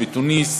בתוניסיה,